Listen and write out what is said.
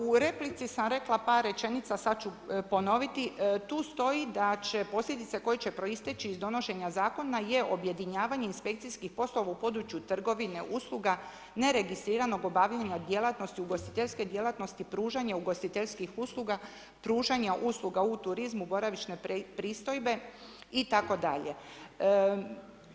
U replici sam rekla par rečenica, sad ću ponoviti, tu stoji da će posljedice koje će proisteći iz donošenja Zakona je objedinjavanje inspekcijskih poslova u području trgovine usluga, neregistriranog obavljanja djelatnosti, ugostiteljske djelatnosti, pružanja ugostiteljskih usluga, pružanja usluga u turizmu, boravišne pristojbe i tako dalje.